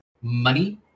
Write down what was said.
money